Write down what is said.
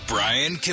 Brian